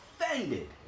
offended